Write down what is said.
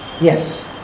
Yes